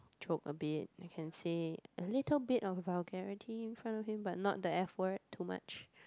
joke a bit I can say a little bit of vulgarity in front of him but not the F word too much